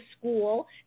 school